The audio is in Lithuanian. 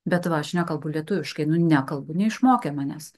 bet va aš nekalbu lietuviškai nu nekalbu neišmokė manęs